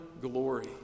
glory